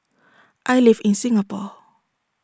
I live in Singapore